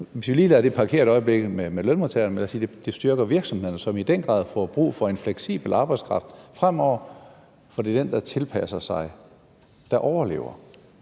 Hvis vi lige parkerer det med lønmodtagerne et øjeblik, kan vi sige, at det styrker virksomhederne, som fremover i den grad får brug for en fleksibel arbejdskraft, for det er den, der tilpasser sig, der overlever.